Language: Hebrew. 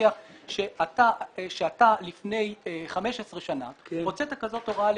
כמפקח שאתה לפני 15 שנים הוצאת כזאת הוראה.